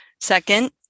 Second